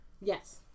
yes